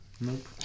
Nope